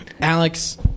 Alex